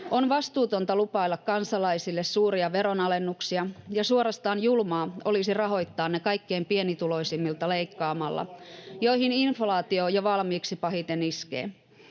On vastuutonta lupailla kansalaisille suuria veronalennuksia, ja suorastaan julmaa olisi rahoittaa ne leikkaamalla kaikkein pienituloisimmilta, [Ben Zyskowiczin välihuuto] joihin inflaatio jo valmiiksi pahiten iskee.